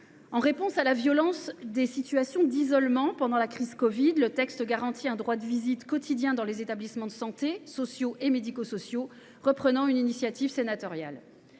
En réponse à la violence des situations d’isolement pendant la crise covid, le texte garantit un droit de visite quotidien dans les établissements et services sociaux ou médico sociaux (ESSMS), reprenant une initiative sénatoriale.